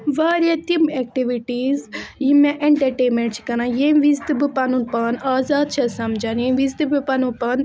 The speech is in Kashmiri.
واریاہ تِم ایٚکٹِوِٹیٖز یِم مےٚ ایٚنٹَرٹینمیٚنٛٹ چھِ کَران ییٚمہِ وِزِ تہِ بہٕ پَنُن پان آزاد چھیٚس سَمجھان ییٚمہِ وِزِ تہِ بہٕ پَنُن پان